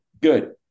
Good